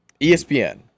ESPN